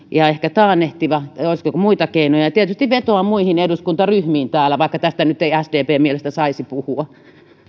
ja ehkä taannehtiva olisiko muita keinoja ja tietysti vetoan muihin eduskuntaryhmiin täällä vaikka tästä nyt ei sdpn mielestä saisi puhua